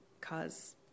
cause